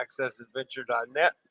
accessadventure.net